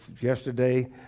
yesterday